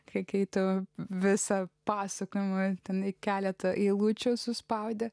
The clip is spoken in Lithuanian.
kai keitė visą pasakojimą imtinai keletą eilučių suspaudė